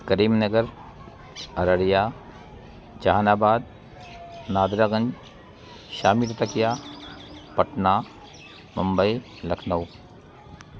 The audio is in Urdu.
کریم نگر ارڑیا جہان آباد نادرا گنج شام تتکیا پٹنہ ممبئی لکھنؤ